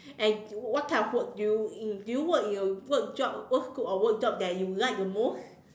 and what type of work do you in do you work in your work job work scope or work job you like the most